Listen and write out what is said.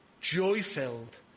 joy-filled